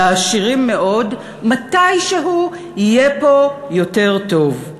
לעשירים מאוד, מתישהו יהיה פה יותר טוב.